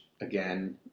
again